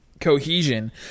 cohesion